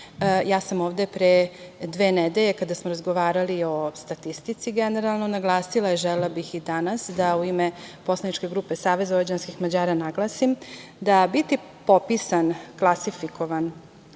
Ja sam ovde pre dve nedelje kada smo razgovarali o statistici generalno, naglasila i želela bih i danas da u ime poslaničke grupe SVM naglasim, da biti popisan, klasifikovan